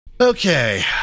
Okay